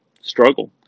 struggle